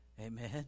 amen